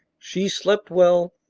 she slept well,